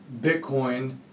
bitcoin